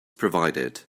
provided